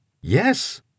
Yes